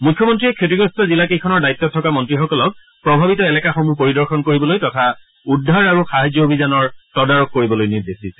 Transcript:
মুখ্যমন্তীয়ে ক্ষতিগ্ৰস্ত জিলা কেইখনৰ দায়িত্বত থকা মন্তীসকলক প্ৰভাৱিত এলেকাসমূহ পৰিদৰ্শন কৰিবলৈ তথা উদ্ধাৰ আৰু সাহায্য অভিযানৰ তদাৰক কৰিবলৈ নিৰ্দেশ দিছে